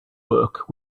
work